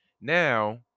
now